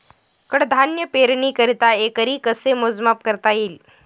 कडधान्य पेरणीकरिता एकरी कसे मोजमाप करता येईल?